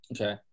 Okay